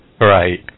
Right